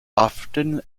often